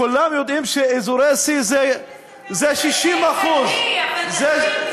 כולם יודעים שאזורי C זה 60% אנחנו רוצים לספח גם את A ו-B,